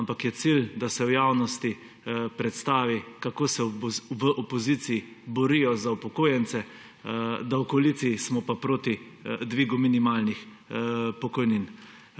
ampak je cilj, da se v javnosti predstavi, kako se v opoziciji borijo za upokojence, v koaliciji smo pa proti dvigu minimalnih pokojnin,